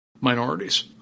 minorities